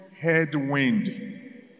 headwind